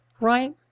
Right